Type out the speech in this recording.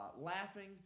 laughing